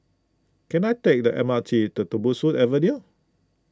can I take the M R T to Tembusu Avenue